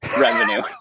revenue